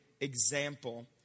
example